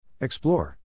Explore